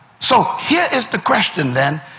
so here is the question then,